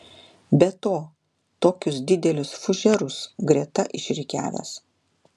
be to tokius didelius fužerus greta išrikiavęs